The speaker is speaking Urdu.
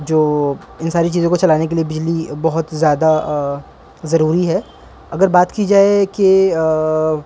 جو ان ساری چیزوں کو چلانے کے لیے بجلی بہت زیادہ ضروری ہے اگر بات کی جائے کہ